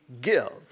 give